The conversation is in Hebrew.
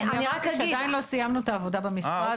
אני אומרת שעדיין לא סיימנו את העבודה במשרד.